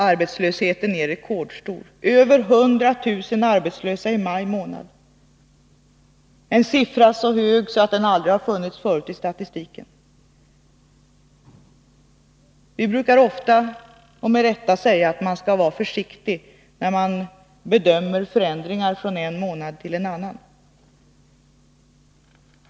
Arbetslösheten är rekordstor — över 100 000 arbetslösa i maj månad, en siffra så hög att den aldrig har funnits förut i statistiken. Vi brukar ofta med rätta säga att man skall vara försiktig när man bedömer förändringar från en månad till en annan.